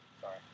sorry